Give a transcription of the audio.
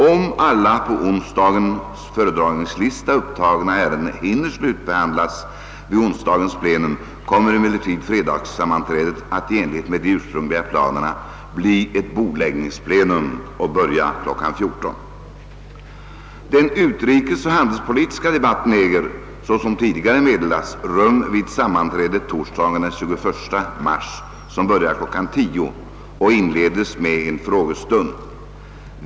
Om alla på onsdagens föredragningslista upptagna ärenden hinner slutbehandlas vid onsdagens plenum kommer emellertid fredagssammanträdet att i enlighet med de ursprungliga planerna bli ett bordläggningsplenum och börja kl. 14.00. Den utrikesoch handelspolitiska debatten äger, såsom tidigare meddelats, rum vid sammanträdet torsdagen den 21 mars, som börjar kl. 10.00 och inledes med en frågestund.